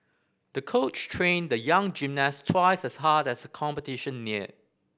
the coach trained the young gymnast twice as hard as the competition neared